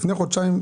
לפני חודשיים,